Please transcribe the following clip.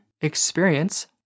experience